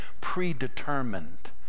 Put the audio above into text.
predetermined